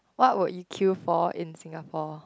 what would you kill for in Singapore